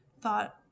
thought